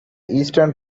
eastern